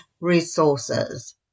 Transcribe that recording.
resources